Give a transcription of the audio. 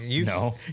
No